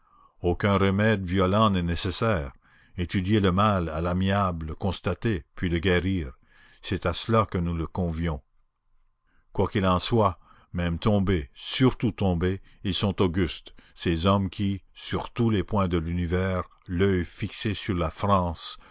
aucun remède violent n'est nécessaire étudier le mal à l'amiable le constater puis le guérir c'est à cela que nous la convions quoi qu'il en soit même tombés surtout tombés ils sont augustes ces hommes qui sur tous les points de l'univers l'oeil fixé sur la france